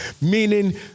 meaning